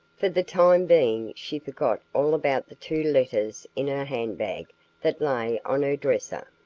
for the time being, she forgot all about the two letters in her handbag that lay on her dresser.